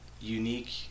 Unique